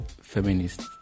feminist